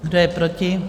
Kdo je proti?